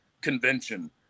convention